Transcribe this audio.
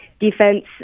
Defense